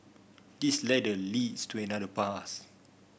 this ladder leads to another path